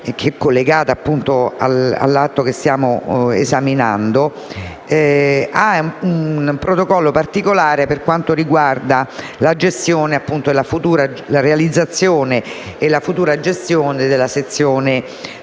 che è collegata all'atto che stiamo esaminando, ha un protocollo particolare per quanto riguarda la realizzazione e la futura gestione della sezione